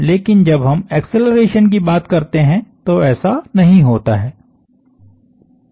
लेकिन जब हम एक्सेलरेशन की बात करते हैं तो ऐसा नहीं होता है